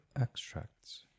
extracts